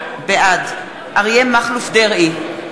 בעד אריה מכלוף דרעי,